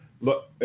Look